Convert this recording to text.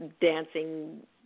dancing